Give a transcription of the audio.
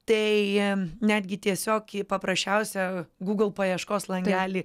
tai netgi tiesiog į paprasčiausią google paieškos langelį